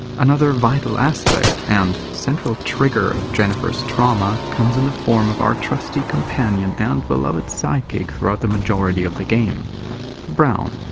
another vital aspect and central trigger of jennifer's trauma comes in the form of trusty companion and beloved sidekick throughout the majority of the game brown.